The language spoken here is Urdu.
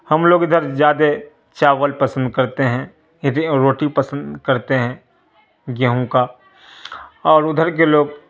ہم لوگ ادھر زیادہ چاول پسند کرتے ہیں روٹی پسند کرتے ہیں گیہوں کا اور ادھر کے لوگ